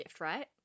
right